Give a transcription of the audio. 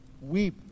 weep